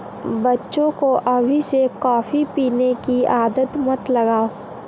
बच्चे को अभी से कॉफी पीने की आदत मत लगाओ